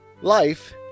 Life